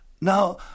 Now